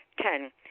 ten